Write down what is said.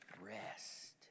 rest